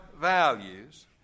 values